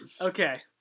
Okay